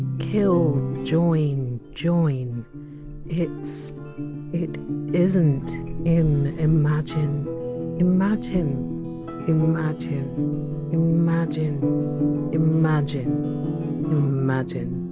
kill join join it's it isn't in imagine imagine imagine imagine imagine imagine